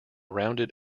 rounded